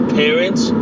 parents